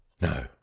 No